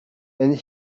and